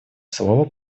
слово